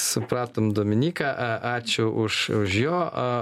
supratom dominyką a ačiū už už jo a